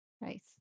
Nice